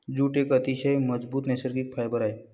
jute एक अतिशय मजबूत नैसर्गिक फायबर आहे